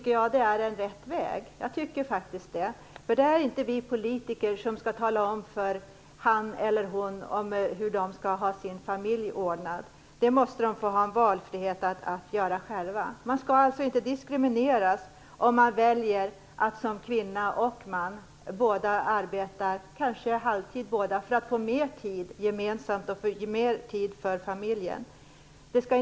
Jag tycker faktiskt att detta är rätt väg. Det är nämligen inte vi politiker som skall tala om för en man eller en kvinna hur de skall ordna sin familj. Det måste finnas en valfrihet - familjerna måste få göra det själva. Familjer där både mannen och kvinnan kanske väljer att arbeta halvtid för att få mer tid gemensamt och för familjen skall inte diskrimineras.